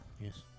yes